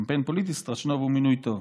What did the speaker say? קמפיין פוליטי, סטרשנוב הוא מינוי טוב.